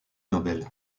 nobel